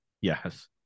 Yes